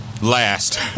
last